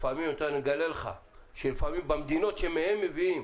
לפעמים, אתה יודע, אגלה לך שבמדינות שמהן מביאים